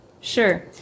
Sure